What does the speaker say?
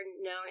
known